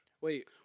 Wait